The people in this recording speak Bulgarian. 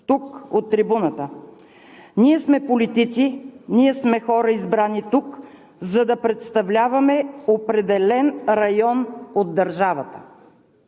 тук от трибуната: „Ние сме политици, ние сме хора, избрани тук, за да представляваме определен район от държавата.